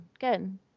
good